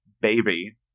baby